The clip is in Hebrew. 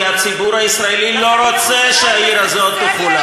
כי הציבור הישראלי לא רוצה שהעיר הזאת תחולק.